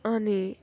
अँ नि